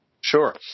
Sure